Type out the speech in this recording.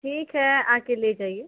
ठीक है आकर ले जाइए